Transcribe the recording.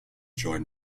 join